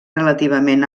relativament